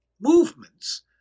movements